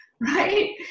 Right